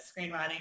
screenwriting